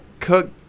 Cook